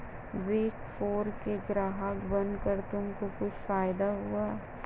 Big four के ग्राहक बनकर तुमको कुछ फायदा हुआ?